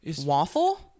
waffle